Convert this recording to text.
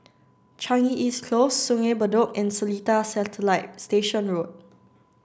Changi East Close Sungei Bedok and Seletar Satellite Station Road